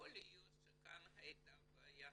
יכול להיות שכאן הייתה הבעיה.